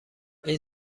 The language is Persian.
این